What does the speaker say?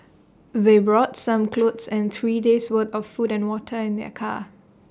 they brought some clothes and three days' worth of food and water in their car